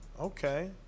Okay